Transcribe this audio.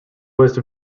was